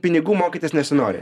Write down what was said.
pinigų mokytis nesinori